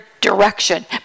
direction